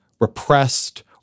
repressed—